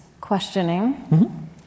questioning